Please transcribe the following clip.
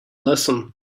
listen